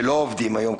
שלא עובדים היום,